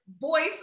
voice